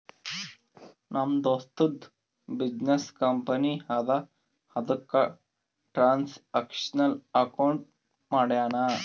ನಮ್ ದೋಸ್ತದು business company ಅದಾ ಅದುಕ್ಕ ಟ್ರಾನ್ಸ್ಅಕ್ಷನಲ್ ಅಕೌಂಟ್ ಮಾಡ್ಸ್ಯಾನ್